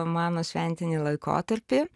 mano šventinį laikotarpį